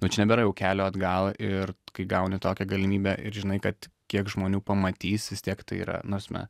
nu čia nebėra jau kelio atgal ir kai gauni tokią galimybę ir žinai kad kiek žmonių pamatys vis tiek tai yra nu ta prasme